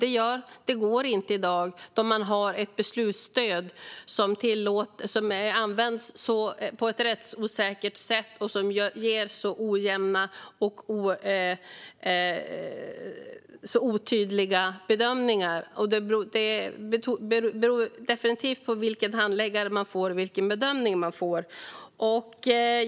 Men det går inte i dag då man har ett beslutsstöd som används på ett rättsosäkert sätt och som ger så ojämna och så otydliga bedömningar. Vilken bedömning människor får beror definitivt på vilken handläggare som de får.